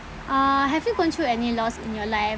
uh have you gone through any loss in your life